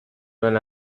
when